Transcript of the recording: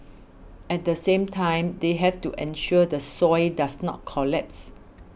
at the same time they have to ensure the soil does not collapse